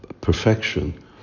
perfection